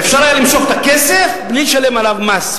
אפשר היה למשוך את הכסף בלי לשלם עליו מס,